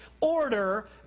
order